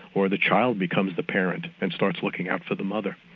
or the child becomes the parent and starts looking out for the mother.